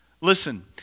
Listen